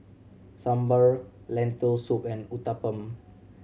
Sambar Lentil Soup and Uthapam